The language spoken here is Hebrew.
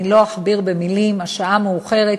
אני לא אכביר מילים, השעה מאוחרת.